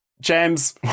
James